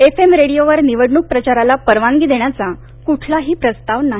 F M रेडीओवर निवडणूक प्रचाराला परवानगी देण्याचा कुठलाही प्रस्ताव नाही